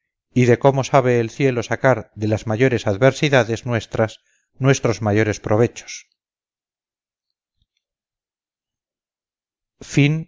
y de cómo sabe el cielo sacar de las mayores adversidades nuestras nuestros mayores provechos